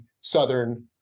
southern